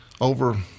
over